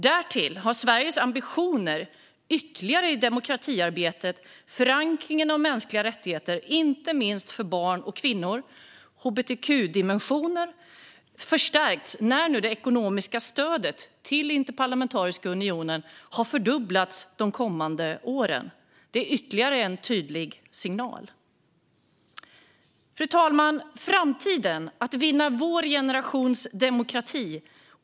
Därtill har Sveriges ambitioner i ytterligare demokratiarbete, förankring av mänskliga rättigheter, inte minst för barn och kvinnor, och hbtq-dimensioner förstärkts när nu det ekonomiska stödet till Interparlamentariska unionen fördubblas under de kommande åren. Det är ytterligare en tydlig signal. Fru talman! Det handlar om framtiden och att vinna vår generations demokrati.